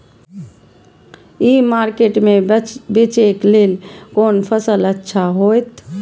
ई market में बेचेक लेल कोन फसल अच्छा होयत?